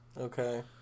Okay